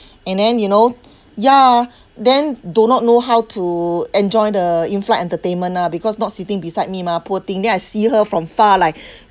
and then you know ya then do not know how to enjoy the in-flight entertainment ah because not sitting beside me mah poor thing then see her from far like